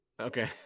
Okay